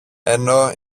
ενώ